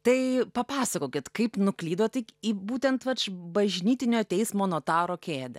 tai papasakokit kaip nuklydot į būtent vat bažnytinio teismo notaro kėde